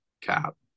cap